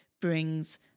brings